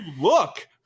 Look